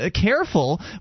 careful